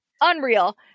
unreal